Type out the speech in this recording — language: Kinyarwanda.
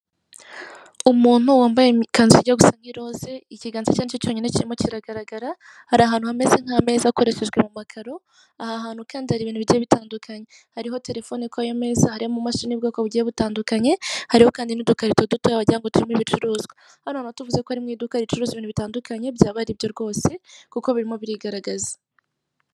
Umuntu wambaye ikanzu ijya gusa nk'iroza , ikiganza cye ni cyo cyonyine kirimo kiragaragara. Hari ahantu hameze nk'ameza akoreshejwe mu makaro, aha hantu kandi hari ibintu bigiye bitandukanye, hariho telefoni kuri ayo meza, hariho amamashini y'ubwoko bugiye butandukanye, hariho kandi n'udukarito dutoya wagira ngo turimo ibicuruzwa. Hano hantu tuvuze ko ari mu iduka ricuruza ibintu bitandukanye byaba ari byo rwose kuko birimo birigaragaza.